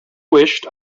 wished